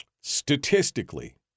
Statistically